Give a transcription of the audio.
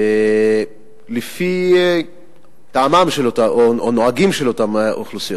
לפי טעמים או נהגים של אותן אוכלוסיות.